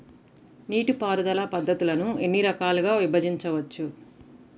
నీటిపారుదల పద్ధతులను ఎన్ని రకాలుగా విభజించవచ్చు?